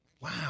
wow